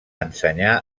ensenyar